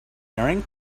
wearing